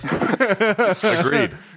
Agreed